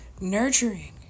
Nurturing